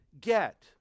get